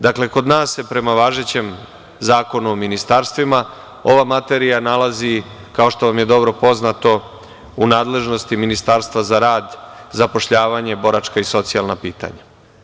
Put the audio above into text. Dakle, kod nas se, prema važećem Zakonu o ministarstvima, ova materija nalazi, kao što vam je dobro poznato, u nadležnosti Ministarstva za rad, zapošljavanje, boračka i socijalna pitanja.